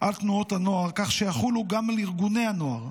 על תנועות הנוער, כך שיחולו גם על ארגוני הנוער.